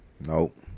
nope